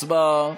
הצבעה.